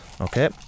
Okay